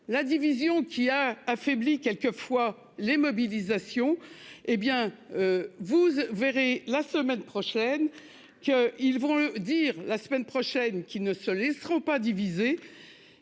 la division qui a affaibli. Quelques fois les mobilisations hé bien. Vous verrez la semaine prochaine qu'ils vont le dire la semaine prochaine qu'qui ne se laisseront pas diviser.